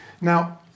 Now